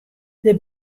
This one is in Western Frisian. der